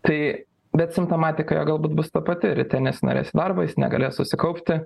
tai bet simptomatika jo galbūt bus ta pati ryte nesinorės į darbą jis negalės susikaupti